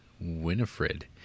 Winifred